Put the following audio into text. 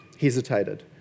hesitated